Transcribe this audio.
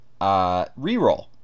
reroll